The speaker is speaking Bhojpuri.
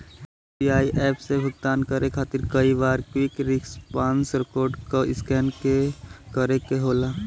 यू.पी.आई एप से भुगतान करे खातिर कई बार क्विक रिस्पांस कोड क स्कैन करे क होला